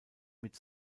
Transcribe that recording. mit